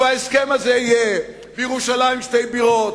ובהסכם הזה יהיה, בירושלים שתי בירות,